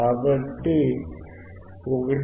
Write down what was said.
కాబట్టి 1